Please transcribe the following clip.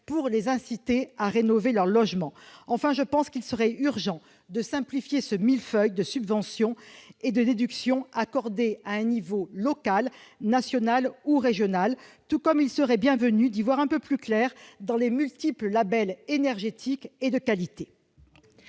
pour les inciter à rénover leur logement. Enfin, il serait urgent de simplifier ce millefeuille de subventions et de déductions accordées à l'échelon local, régional ou national, tout comme il serait bienvenu d'y voir un peu plus clair dans les multiples labels énergétiques et de qualité.